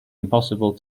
impossible